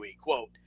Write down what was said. quote